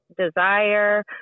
desire